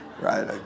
Right